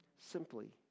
Simply